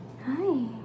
Hi